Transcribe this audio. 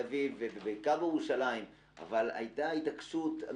ואני מכיר את ההגינות שלך בדרך כלל.